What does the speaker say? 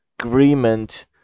agreement